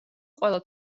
ყველა